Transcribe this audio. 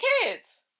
kids